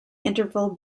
interval